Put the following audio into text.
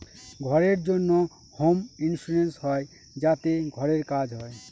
ঘরের জন্য home insurance হয় যাতে ঘরের কাজ হয়